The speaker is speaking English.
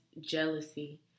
jealousy